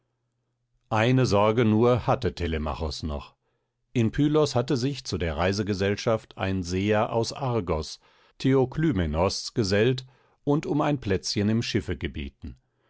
eine sorge nur hatte telemachos noch in pylos hatte sich zu der reisegesellschaft ein seher aus argos theoklymenos gesellt und um ein plätzchen im schiffe gebeten